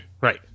Right